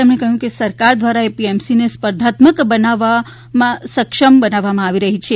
તેમણે કહ્યું કે સરકાર દ્વારા એપીએમસીને સ્પર્ધાત્મક બનાવવા સક્ષમ બનાવવામાં આવી રહી છે